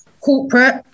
corporate